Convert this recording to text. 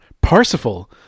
Parsifal